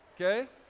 okay